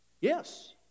Yes